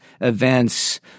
events